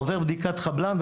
עובר בדיקת חבלן,